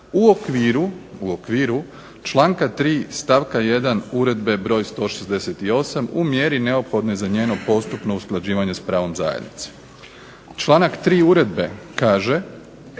u okviru članka 3. stavka 1. Uredbe broj 168. u mjeri neophodne za njeno postupno usklađivanje s pravom Zajednice". Članak 3. uredbe kaže